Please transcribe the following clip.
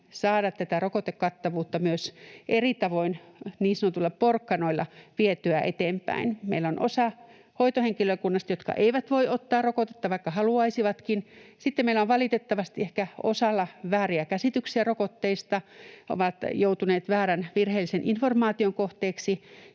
eteenpäin rokotekattavuutta eri tavoin, niin sanotuilla porkkanoilla. Meillä on osa hoitohenkilökunnasta, jotka eivät voi ottaa rokotetta, vaikka haluaisivatkin. Sitten meillä on valitettavasti ehkä osalla vääriä käsityksiä rokotteista. He ovat joutuneet väärän, virheellisen informaation kohteeksi.